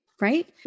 right